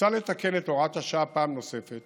מוצע לתקן את הוראת השעה פעם נוספת